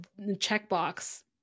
checkbox